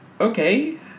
Okay